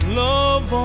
love